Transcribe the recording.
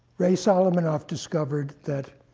ray solomonoff discovered that